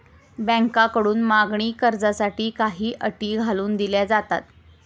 बँकांकडून मागणी कर्जासाठी काही अटी घालून दिल्या जातात